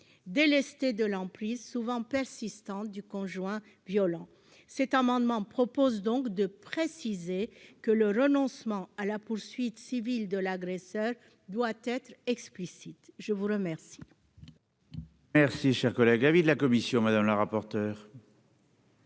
délesté de l'emprise souvent persistante du conjoint violent. Cet amendement vise donc à préciser que le renoncement à la poursuite civile de l'agresseur doit être explicite. Quel